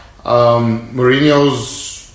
Mourinho's